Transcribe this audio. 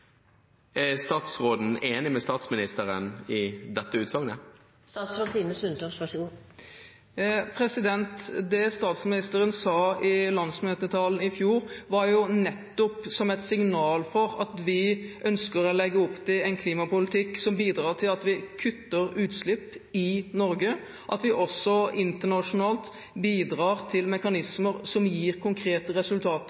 Er statsråden enig med statsministeren i dette utsagnet? Det statsministeren sa i landsmøtetalen i fjor, ga nettopp et signal om at vi ønsker å legge opp til en klimapolitikk som bidrar til at vi kutter utslipp i Norge, og at vi også internasjonalt bidrar til mekanismer som gir konkrete resultater.